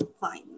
fine